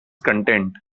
content